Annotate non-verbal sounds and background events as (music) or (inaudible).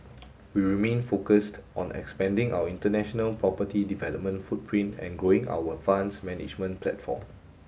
(noise) we remain focused on expanding our international property development footprint and growing our funds management platform